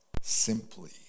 simply